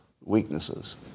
weaknesses